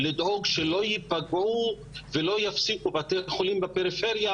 כדי לדאוג שבתי חולים בפריפריה